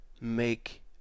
make